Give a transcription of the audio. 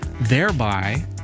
thereby